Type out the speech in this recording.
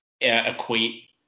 equate